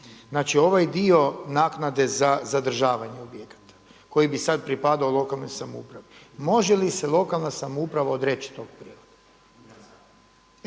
Znači ovaj dio naknade za zadržavanje objekata koji bi sada pripadao lokalnoj samoupravi, može li se lokalna samouprava odreći tog prihoda?